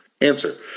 Answer